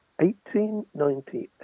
1898